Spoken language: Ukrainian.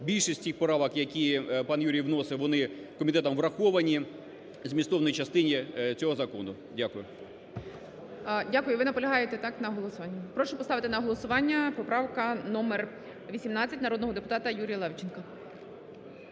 Більшість цих правок, які пан Юрій вносив, вони комітетом враховані в змістовній частині цього закону. Дякую. ГОЛОВУЮЧИЙ. Дякую. Ви наполягаєте, так, на голосуванні? Прошу поставити на голосування, поправка номер 18 народного депутата Юрія Левченка.